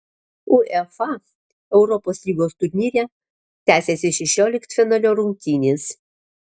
uefa europos lygos turnyre tęsėsi šešioliktfinalio rungtynės